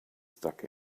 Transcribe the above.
stuck